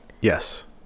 Yes